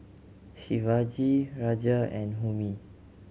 Shivaji Raja and Homi